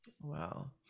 Wow